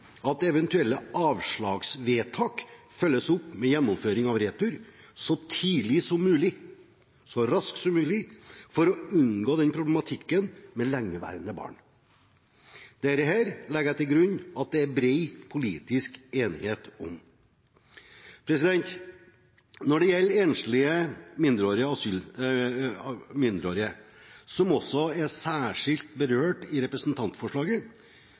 at eventuelle avslagsvedtak følges opp ved gjennomføring av retur så tidlig som mulig og så raskt som mulig for å unngå problematikken med lengeværende barn, og dette legger jeg til grunn at det er bred politisk enighet om. Når det gjelder enslige mindreårige, som også er særskilt berørt i representantforslaget,